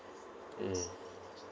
mm